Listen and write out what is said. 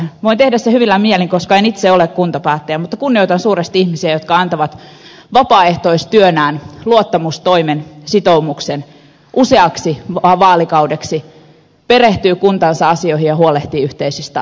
voin tehdä sen hyvillä mielin koska en itse ole kuntapäättäjä mutta kunnioitan suuresti ihmisiä jotka antavat vapaaehtoistyönään luottamustoimen sitoumuksen useaksi vaalikaudeksi perehtyvät kuntansa asioihin ja huolehtivat yhteisistä asioista